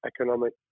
economic